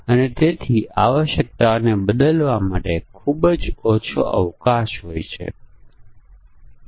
અને જો તે અડધાથી વધુ ભરેલું હોય તો સીટ દીઠ 3૦૦૦ થી વધુ ભાવ હોય અને તે ઘરેલું ફ્લાઇટ છે તો પછી ભોજન પીરસવામાં આવે છે પરંતુ તે મફત ભોજન નથી